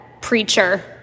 preacher